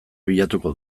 bilatuko